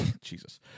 Jesus